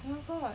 oh my god